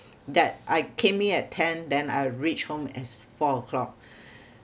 that I came in at ten then I reach home at four o'clock